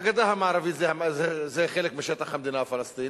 הגדה המערבית זה חלק משטח המדינה הפלסטינית,